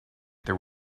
there